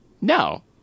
No